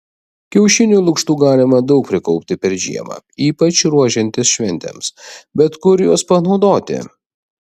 kiaušinių lukštų galima daug prikaupti per žiemą ypač ruošiantis šventėms bet kur juos panaudoti